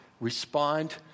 respond